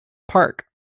park